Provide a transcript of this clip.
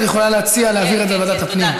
את יכולה להציע להעביר את זה לוועדת הפנים,